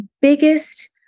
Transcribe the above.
biggest